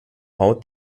haut